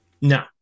No